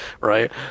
right